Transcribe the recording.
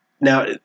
now